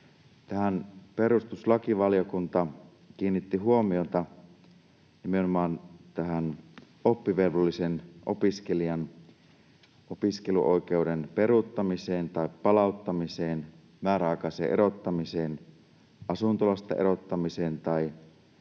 perustuslakivaliokunta kiinnitti huomiota, nimenomaan oppivelvollisen opiskelijan opiskeluoikeuden peruuttamiseen tai palauttamiseen, määräaikaiseen erottamiseen, asuntolasta erottamiseen tai